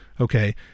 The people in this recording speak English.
Okay